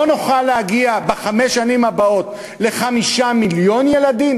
לא נוכל להגיע בחמש השנים הבאות ל-5 מיליון ילדים?